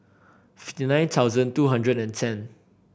fifty nine thousand two hundred and ten